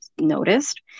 noticed